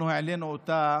העלינו אותה